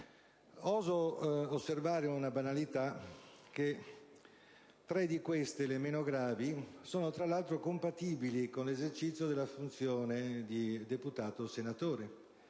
Oso osservare una banalità: tre di queste, le meno gravi, sono tra l'altro compatibili con l'esercizio della funzione di deputato o senatore.